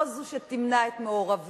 לא זו שתמנע את מעורבותו,